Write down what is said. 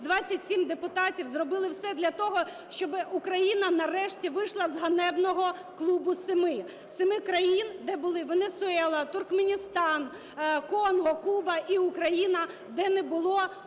27 депутатів, зробила все для того, щоб Україна нарешті вийшла з ганебного "клубу семи", семи країн, де були Венесуела, Туркменістан, Конго, Куба і Україна, де не було